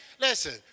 listen